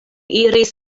iris